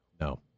No